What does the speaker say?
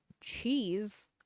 cheese